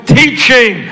teaching